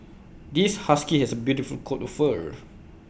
this husky has A beautiful coat of fur